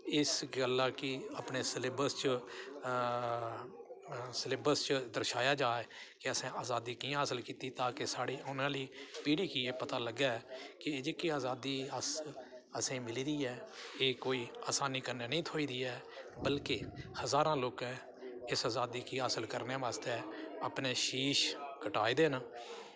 इस गल्ला गी अपने सिलेबस च सलेबस च दर्शाया जा कि असें अज़ादी कि'यां हासल कीती तां के साढ़ी औने आह्ली पीढ़ी गी एह् पता लग्गै कि जेह्की अज़ादी अस असेंगी मिली दी ऐ एह् कोई असानी कन्नै निं थ्होई दी ऐ बल्के हज़ारें लोकें इस अज़ादी गी हासल करने बास्तै अपने शीश कटाए दे न